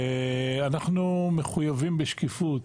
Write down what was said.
אנחנו מחויבים בשקיפות,